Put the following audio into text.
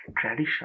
Tradition